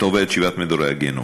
אתה עובר את שבעת מדורי הגיהינום.